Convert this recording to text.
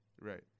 Right